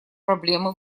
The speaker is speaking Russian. проблемы